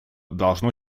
должно